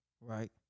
Right